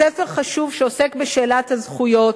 ספר חשוב שעוסק בשאלת הזכויות.